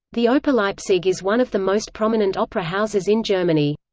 the oper leipzig is one of the most prominent opera houses in germany.